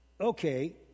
okay